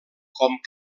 com